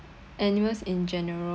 animals in general